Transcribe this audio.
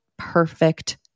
perfect